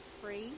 free